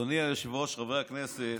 אדוני היושב-ראש, חברי הכנסת,